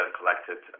collected